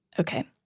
okay.